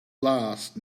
last